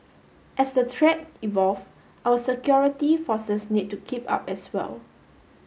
as the threat evolve our security forces need to keep up as well